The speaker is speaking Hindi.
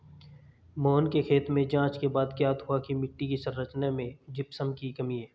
मोहन के खेत में जांच के बाद ज्ञात हुआ की मिट्टी की संरचना में जिप्सम की कमी है